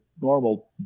normal